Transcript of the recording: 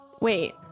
Wait